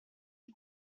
que